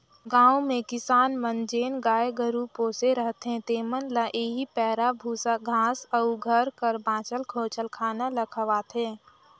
गाँव में किसान मन जेन गाय गरू पोसे रहथें तेमन ल एही पैरा, बूसा, घांस अउ घर कर बांचल खोंचल खाना ल खवाथें